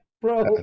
Bro